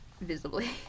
Visibly